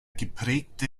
geprägte